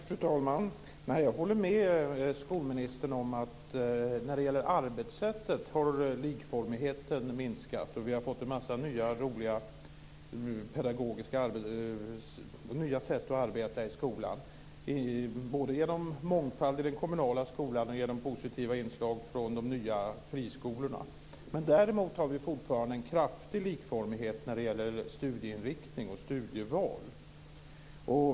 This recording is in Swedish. Fru talman! Jag håller med skolministern om att likformigheten har minskat när det gäller arbetssättet. Vi har fått en massa nya roliga sätt att arbeta på i skolan både genom mångfald i den kommunala skolan och genom positiva inslag från de nya friskolorna. Men däremot har vi fortfarande en kraftig likformighet när det gäller studieinriktning och studieval.